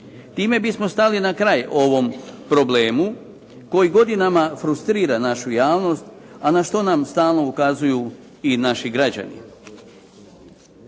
Time bismo stali na kraj ovom problemu koji godinama frustrira našu javnost, a na što nam stalno ukazuju i naši građani.